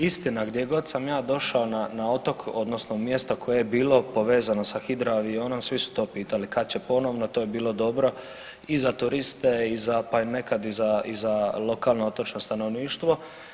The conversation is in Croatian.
Istina, gdje god sam ja došao na otok odnosno mjesta koje je bilo povezano sa hidroavionom svi su to pitali kad će ponovno to je bilo dobro i za turiste pa nekad i za lokalno otočno stanovništvo.